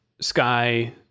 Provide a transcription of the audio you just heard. Sky